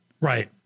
Right